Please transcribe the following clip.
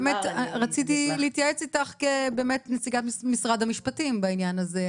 באמת רציתי להתייעץ איתך כנציגת משרד המשפטים בעניין הזה,